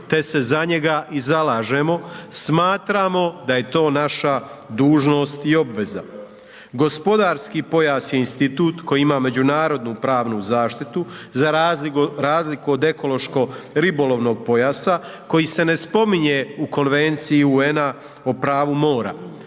te se za njega i zalažemo. Smatramo da je to naša dužnost i obveza. Gospodarski pojas je institut koji ima međunarodnu pravnu zaštitu, za razliku od ekološko ribolovnog pojasa, koji se ne spominje u konvenciji UN-a o pravu mora.